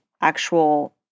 actual